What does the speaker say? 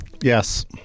Yes